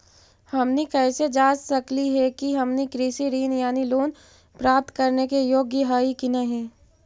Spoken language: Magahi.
हमनी कैसे जांच सकली हे कि हमनी कृषि ऋण यानी लोन प्राप्त करने के योग्य हई कि नहीं?